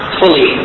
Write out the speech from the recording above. fully